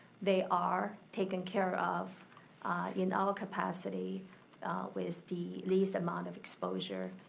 they are taken care of in all capacity with the least amount of exposure.